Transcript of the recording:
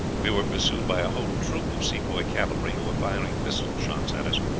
we were pursued by a whole troop of sepoy cavalry, who were firing pistol shots at us.